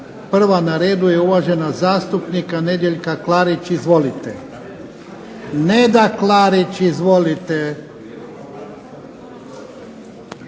Prva na redu je uvažena zastupnica Nedjeljka Klarić. Izvolite. Neda Klarić, izvolite.